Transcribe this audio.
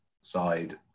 side